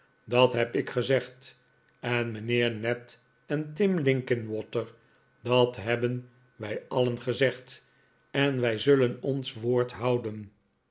dat heb ik gezegd en mijnheer ned en tim linkinwater dat hebben wij alien gezegd en wij zullen ons woord houden